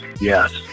Yes